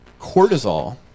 cortisol